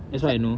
s~